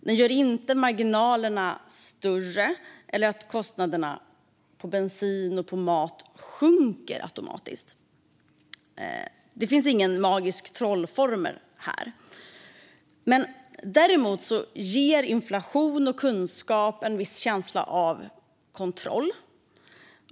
Det gör inte marginalerna större eller att kostnaderna på bensin och mat automatiskt sjunker. Det finns ingen magisk trollformel. Däremot ger information och kunskap en känsla av kontroll.